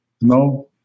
no